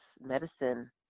medicine